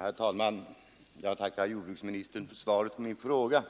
Herr talman! Jag tackar jordbruksministern för svaret på min fråga.